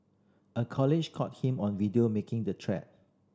a colleague caught him on video making the threat